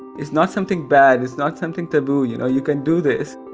it's not something bad. it's not something taboo, you know? you can do this